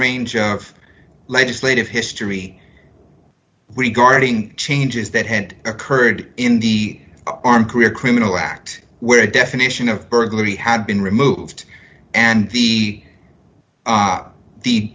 range of legislative history regarding changes that hadn't occurred in the arm career criminal act where definition of burglary had been removed and the